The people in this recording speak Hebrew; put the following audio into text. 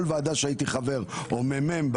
כל וועדה שהייתי חבר או מ"מ בה,